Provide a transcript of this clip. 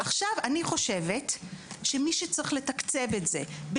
אני חושבת שמי שצריך לתקצב את זה כעת,